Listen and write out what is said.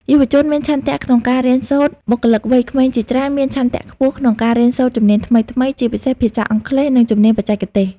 យុវជនមានឆន្ទៈក្នុងការរៀនសូត្រ បុគ្គលិកវ័យក្មេងជាច្រើនមានឆន្ទៈខ្ពស់ក្នុងការរៀនសូត្រជំនាញថ្មីៗ ជាពិសេសភាសាអង់គ្លេស និងជំនាញបច្ចេកទេស។